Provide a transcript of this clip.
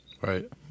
Right